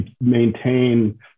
maintain